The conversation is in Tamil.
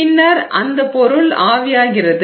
பின்னர் அந்தப் பொருள் ஆவியாகிறது